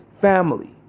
family